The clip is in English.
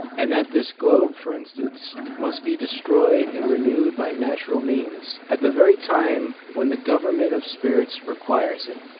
and that this globe, for instance, must be destroyed and renewed by natural means at the very time when the government of spirits requires it,